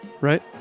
Right